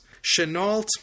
Chenault